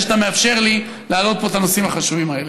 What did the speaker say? על זה שאתה מאפשר לי להעלות פה את הנושאים החשובים האלה.